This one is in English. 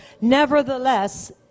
Nevertheless